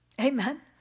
Amen